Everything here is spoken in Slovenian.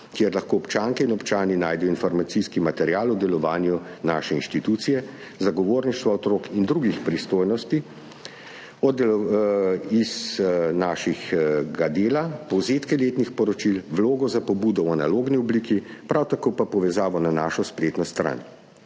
kjer lahko občanke in občani najdejo informacijski material o delovanju naše inštitucije, zagovorništva otrok in drugih pristojnostih iz našega dela, povzetke letnih poročil, vlogo za pobudo v analogni obliki, prav tako pa povezavo na našo spletno stran.